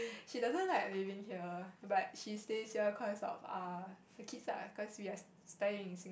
she doesn't like living here but she stays here cause of uh the kids lah cause we're studying